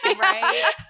Right